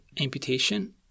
amputation